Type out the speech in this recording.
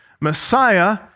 Messiah